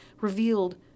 revealed